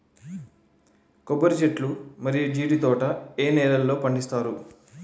కొబ్బరి చెట్లు మరియు జీడీ తోట ఏ నేలల్లో పండిస్తారు?